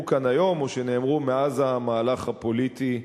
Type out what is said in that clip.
כאן היום או שנאמרו מאז המהלך הפוליטי שננקט,